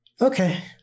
Okay